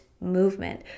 movement